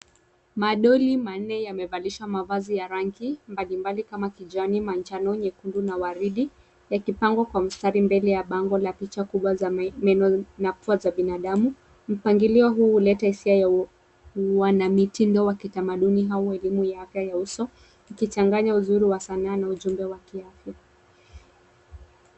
Madoli manne yamevalishwa mavazi ya rangi mbalimbali kama kijani, manjano , nyekundu na waridi yakipangwa kwa mstari mbele ya bango la picha kubwa za meno za binadamu. Mpangilio huu huleta hisia ya uanamitindo wa kitamaduni au elimu yake ya uso ikichanganya uzuri wa sanaa na ujumbe wa kiafya.